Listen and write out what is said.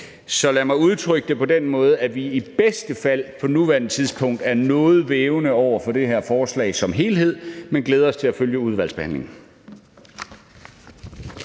Så lad mig udtrykke det på den måde, at vi i bedste fald på nuværende tidspunkt er noget vævende over for det her forslag som helhed, men glæder os til at følge udvalgsbehandlingen.